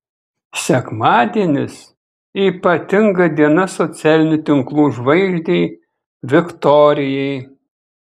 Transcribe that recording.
sekmadienis ypatinga diena socialinių tinklų žvaigždei viktorijai